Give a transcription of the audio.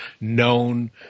known